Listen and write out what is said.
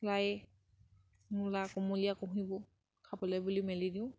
বাৰীত মূলাৰ কুমলীয়া কুঁহিবোৰ খাবলৈ বুলি মেলি দিওঁ